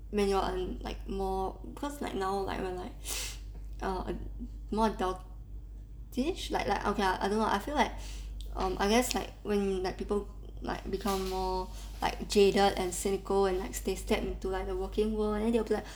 I mean like I'm like more cause like now like we're like a more adultish like like okay ah I don't know I feel like um I guess like when like people like become more like jaded and cynical and like they step into the working world and then they'll be like